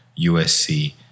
USC